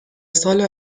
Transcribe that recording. سال